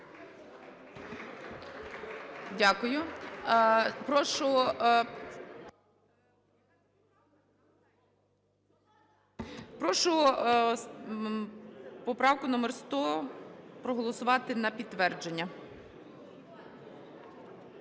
Дякую. Прошу поправку номер 100 проголосувати на підтвердження.